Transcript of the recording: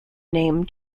name